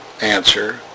answer